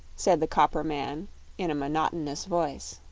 said the copper man in a monotonous voice.